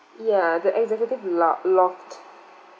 ya the executive lou~ loft